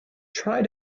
try